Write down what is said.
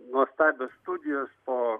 nuostabios studijos po